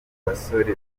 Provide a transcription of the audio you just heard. basore